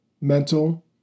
mental